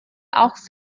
auch